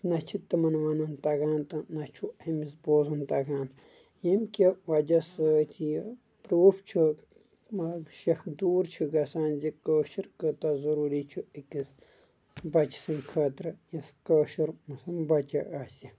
نہ چھُ تِمن ونُن تگان تہٕ نہ چھُ أمِس بوزُن تگان ییٚمہِ کہِ وجہ سۭتۍ یہِ پروٗف چھُ مطلب شکھ دوٗر چھُ گژھان زِ کٲشُر کوٗتاہ ضروٗری چھُ أکِس بچہِ سٕنٛدِ خٲطرٕ یس کٲشُر مثلاً بچہِ آسہِ